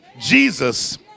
Jesus